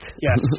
Yes